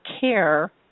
care